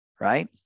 right